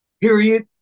Period